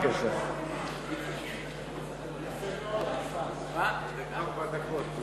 המתקנת ארבע דקות.